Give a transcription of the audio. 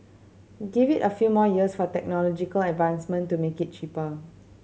give it a few more years for technological advancement to make it cheaper